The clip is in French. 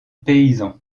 paysan